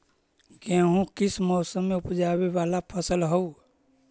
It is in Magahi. गेहूं किस मौसम में ऊपजावे वाला फसल हउ?